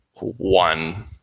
one